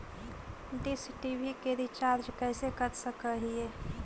Dish TV के recharge कैसे कर सक हिय?